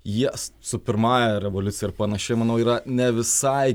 jie su pirmąja revoliucija ir panaši manau yra ne visai